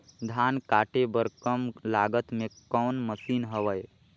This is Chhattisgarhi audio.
धान काटे बर कम लागत मे कौन मशीन हवय?